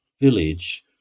village